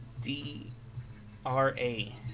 D-R-A